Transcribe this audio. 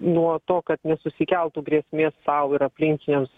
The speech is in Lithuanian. nuo to kad nesusikeltų grėsmės sau ir aplinkiniams